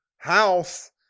house